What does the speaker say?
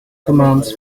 commands